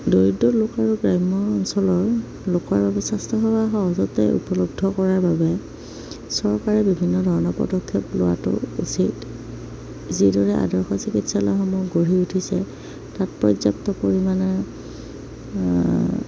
দৰিদ্ৰ লোক আৰু গ্ৰাম্য অঞ্চলৰ লোকৰ বাবে স্বাস্থ্যসেৱা সহজতে উপলব্ধ কৰাৰ বাবে চৰকাৰে বিভিন্ন ধৰণৰ পদক্ষেপ লোৱাটো উচিত যিদৰে আদৰ্শ চিকিৎসালয়সমূহ গঢ়ি উঠিছে তাত পৰ্য্য়াপ্ত পৰিমাণে